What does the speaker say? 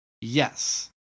Yes